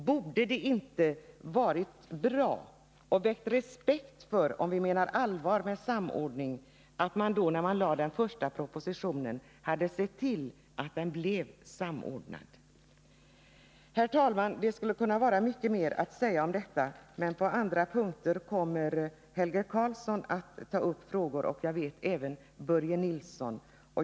Hade det inte varit bra och väckt respekt, om det menas allvar med talet om samordning, att man när den första propositionen lades fram hade sett till att den blev samordnad? Herr talman! Man skulle kunna säga mycket mera om detta, men andra punkter kommer Helge Karlsson att behandla, och jag vet att detta även gäller Börje Nilsson.